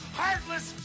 heartless